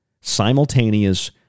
Simultaneous